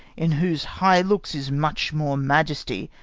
in whose high looks is much more majesty,